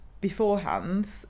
beforehand